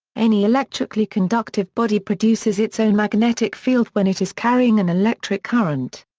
any electrically conductive body produces its own magnetic field when it is carrying an electric current.